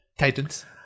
Titans